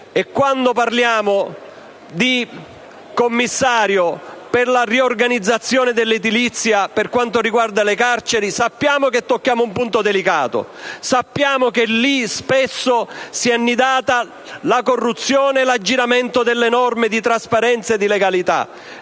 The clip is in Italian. e quando parliamo di Commissario per la riorganizzazione dell'edilizia per quanto riguarda le carceri sappiamo che tocchiamo un punto delicato, sappiamo che lì, spesso, si sono annidati la corruzione e l'aggiramento delle norme di trasparenza e di legalità.